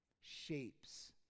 shapes